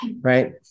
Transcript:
Right